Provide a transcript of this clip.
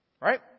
Right